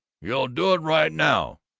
you'll do it right now!